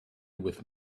with